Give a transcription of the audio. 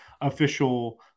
official